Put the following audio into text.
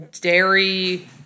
dairy